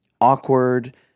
awkward